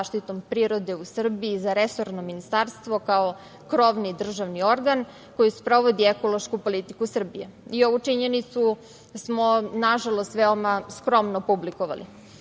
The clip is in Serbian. zaštitom prirode u Srbiji, za resorno ministarstvo kao krovni državni organ koji sprovodi ekološku politiku Srbije. Ovu činjenicu smo, nažalost, veoma skromno publikovali. Takođe,